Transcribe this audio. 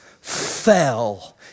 fell